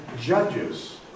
judges